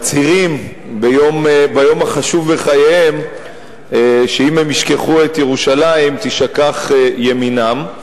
מצהירים ביום החשוב בחייהם שאם הם ישכחו את ירושלים תשכח ימינם.